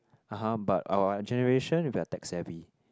(uh huh) but our generation we are tech savvy